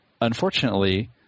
Unfortunately